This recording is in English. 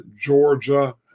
georgia